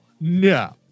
no